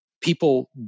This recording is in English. people